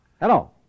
Hello